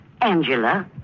Angela